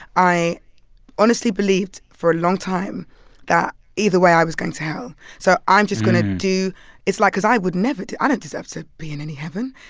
i honestly believed for a long time that, either way, i was going to hell so i'm just going to do it's like, cause i would never i don't deserve to be in any heaven.